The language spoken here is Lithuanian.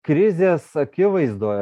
krizės akivaizdoj